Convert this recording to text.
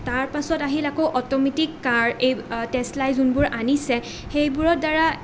তাৰ পাছত আহিল আকৌ অট'মেটিক কাৰ টেচলাই যোনবোৰ আনিছে সেইবোৰৰ দ্বাৰা